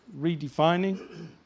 redefining